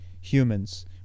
humans